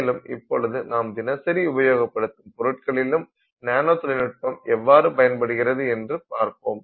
மேலும் இப்பொழுது நாம் தினசரி உபயோகப்படுத்தும் பொருட்களிலும் நானோ தொழில்நுட்பம் எவ்வாறு பயன்படுகிறது என்று பார்ப்போம்